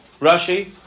Rashi